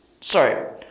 Sorry